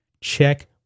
Check